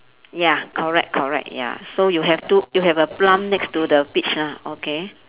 ya correct correct ya so you have two you have a plum next to the peach ah okay